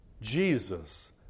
Jesus